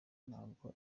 ntabwo